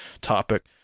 topic